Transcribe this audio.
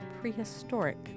prehistoric